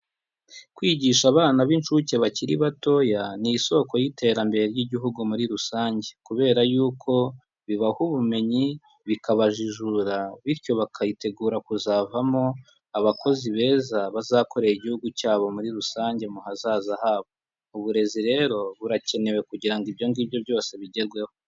Kwigisha abana b'incuke bakiri batoya ni isoko y'iterambere ry'igihugu muri rusange, kubera yuko bibaha ubumenyi, bikabajijura bityo bakayitegura kuzavamo abakozi beza bazakorera igihugu cyabo muri rusange mu hazaza habo. Uburezi rero burakenewe kugira ngo ibyo ngibyo byose bigerweho.